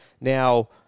Now